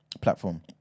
platform